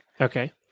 Okay